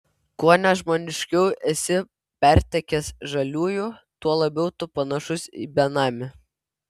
kuo nežmoniškiau esi pertekęs žaliųjų tuo labiau tu panašus į benamį